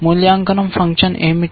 మూల్యాంకనం ఫంక్షన్ ఏమిటి